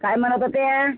काय म्हणत होत्या